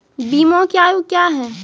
बीमा के आयु क्या हैं?